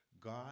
God